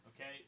okay